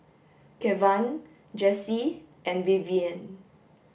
Kevan Jessee and Vivienne